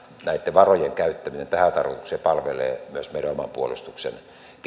näitten varojen käyttäminen tähän tarkoitukseen palvelee myös meidän oman puolustuksemme